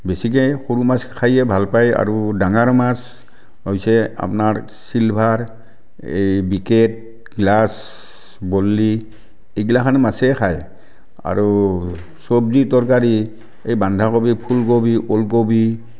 বেছিকে সৰু মাছ খায়ে ভাল পায় আৰু ডাঙৰ মাছ হৈছে আপোনাৰ ছিলভাৰ এই বিগেট গাছ লাছ এইগিলাখান মাছেই খায় আৰু চবজি তৰকাৰী এই বন্ধাকবি ফুলকবি ওলকবি